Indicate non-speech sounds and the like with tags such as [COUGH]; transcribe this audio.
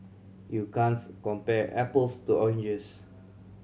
you [UNINTELLIGIBLE] compare apples to oranges